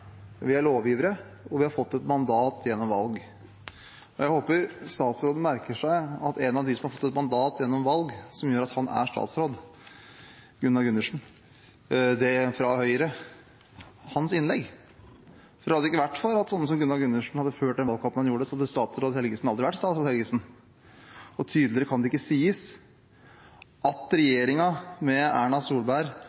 Vi som sitter her, er folkevalgte. Vi er lovgivere, og vi har fått et mandat gjennom valg. Jeg håper statsråden merker seg innlegget til en av dem som har fått et mandat gjennom valg, som gjør at Helgesen er statsråd – Gunnar Gundersen fra Høyre. Hadde det ikke vært for at sånne som Gunnar Gundersen hadde ført den valgkampen de gjorde, hadde statsråd Helgesen aldri vært statsråd Helgesen. Tydeligere kan det ikke sies at